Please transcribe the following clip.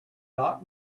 doc